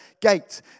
gate